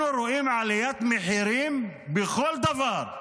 אנחנו לא רואים עליית מחירים בכל דבר.